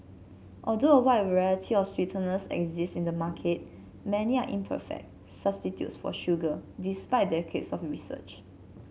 although a wide variety of sweeteners exist in the market many are imperfect substitutes for sugar despite decades of research